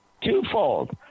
twofold